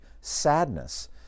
sadness